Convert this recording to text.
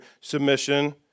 submission